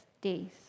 days